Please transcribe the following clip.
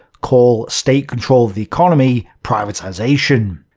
call state-control of the economy privatization.